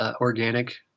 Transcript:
organic